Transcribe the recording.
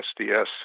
SDS